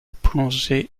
plongée